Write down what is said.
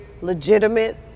legitimate